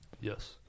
Yes